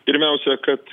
pirmiausia kad